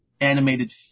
animated